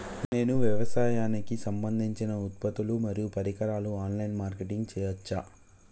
నేను వ్యవసాయానికి సంబంధించిన ఉత్పత్తులు మరియు పరికరాలు ఆన్ లైన్ మార్కెటింగ్ చేయచ్చా?